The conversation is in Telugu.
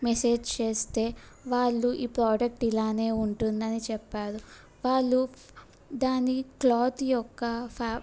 మెసేజ్ చేస్తే వాళ్ళు ఈ ప్రోడక్ట్ ఇలాగే ఉంటుందని చెప్పారు వాళ్ళు దాని క్లాత్ యొక్క ఫ్యా